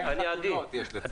אני